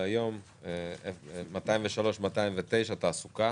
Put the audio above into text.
להיום היא 203, 209, תעסוקה.